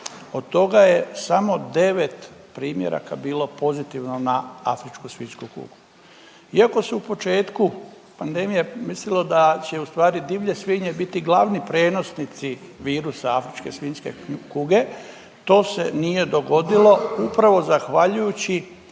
Od toga je samo 9 primjeraka bilo pozitivno na afričku svinjsku kugu. Iako se u početku pandemije mislilo da će ustvari divlje svinje biti glavni prenosnici virusa afričke svinjske kuge, to se nije dogodilo upravo zahvaljujući